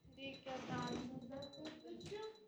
reikia dar mums dar kėdučių